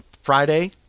Friday